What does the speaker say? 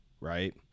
right